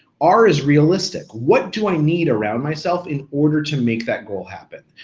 r is realistic, what do i need around myself in order to make that goal happen?